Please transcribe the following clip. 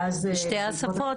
בשתי השפות?